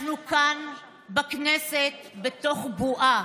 אנחנו כאן בכנסת בתוך בועה,